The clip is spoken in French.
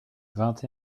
vingt